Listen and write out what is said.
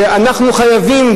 אנחנו חייבים,